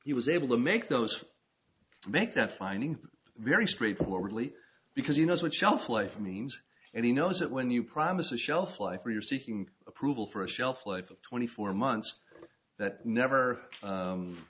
he was able to make those make that finding very straightforwardly because you know what shelf life means and he knows that when you promise a shelf life or you're seeking approval for a shelf life of twenty four months that never